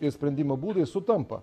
ir sprendimo būdai sutampa